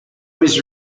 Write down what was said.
was